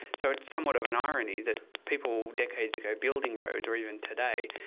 so it's somewhat of an irony that people decades ago building roads or even today,